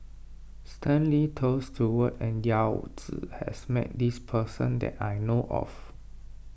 Stanley Toft Stewart and Yao Zi has met this person that I know of